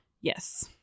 Yes